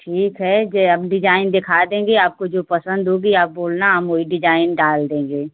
ठीक है जे अब डिजाइन दिखा देंगे आपको जो पसंद होगी आप बोलना हम वही डिजाइन डाल देंगे